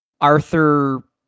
Arthur